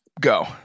go